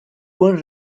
buen